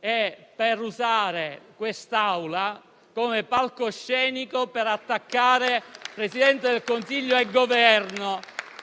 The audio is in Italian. e per usare questa Aula come palcoscenico per attaccare il Presidente del consiglio e il Governo.